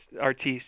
artiste